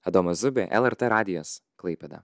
adomas zubė lrt radijas klaipėda